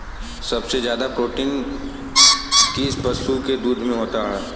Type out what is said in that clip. सबसे ज्यादा प्रोटीन किस पशु के दूध में होता है?